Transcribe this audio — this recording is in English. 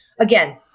Again